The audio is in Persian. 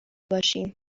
باشیم